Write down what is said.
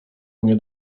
mnie